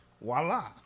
Voila